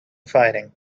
fighting